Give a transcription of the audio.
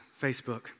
Facebook